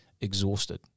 exhausted